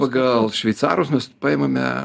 pagal šveicarus mes paimame